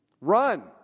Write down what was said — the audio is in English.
Run